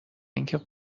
اینه